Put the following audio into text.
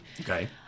Okay